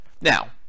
Now